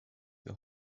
wir